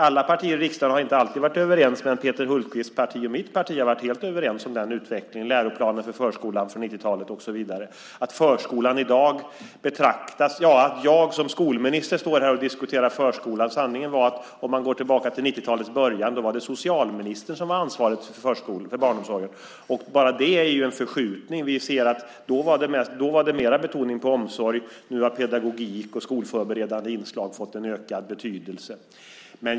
Alla partier i riksdagen har inte alltid varit överens, men Peter Hultqvists parti och mitt parti har varit helt överens om den utvecklingen - läroplanen för förskolan från 90-talet och så vidare. I dag står jag som skolminister och diskuterar förskolan. Vid 90-talets början var det socialministern som hade ansvaret för barnomsorgen. Bara det visar att det skett en förskjutning. Då var det mer betoning på omsorg. Nu har pedagogik och skolförberedande inslag fått en ökad betydelse.